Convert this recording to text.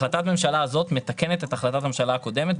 החלטת הממשלה הזאת מתקנת את החלטת הממשלה הקודמת.